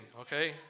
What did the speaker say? okay